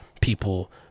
people